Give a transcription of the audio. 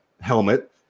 helmet